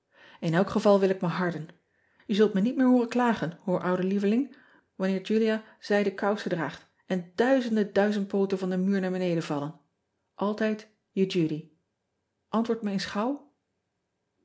n elk geval wil ik me harden e zult me niet meer hooren klagen hoor oude lieveling wanneer ulia zijden kousen draagt en duizenden duizendpooten van den muur naar beneden vallen ltijd e udy ntwoord me